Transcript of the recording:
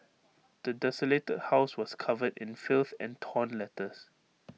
the desolated house was covered in filth and torn letters